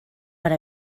per